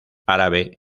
árabe